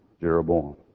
Jeroboam